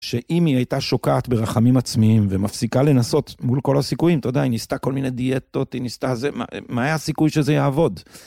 שאם היא הייתה שוקעת ברחמים עצמיים ומפסיקה לנסות מול כל הסיכויים, אתה יודע, היא ניסתה כל מיני דיאטות, היא ניסתה זה, מה היה הסיכוי שזה יעבוד?